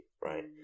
right